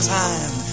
time